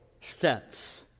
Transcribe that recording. steps